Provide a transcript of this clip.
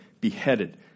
beheaded